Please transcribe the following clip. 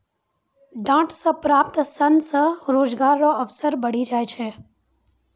डांट से प्राप्त सन से रोजगार रो अवसर बढ़ी जाय छै